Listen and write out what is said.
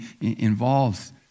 involves